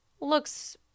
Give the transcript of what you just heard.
looks